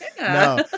No